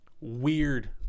weird